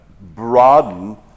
broaden